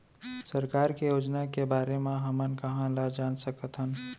सरकार के योजना के बारे म हमन कहाँ ल जान सकथन?